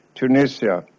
tunisia,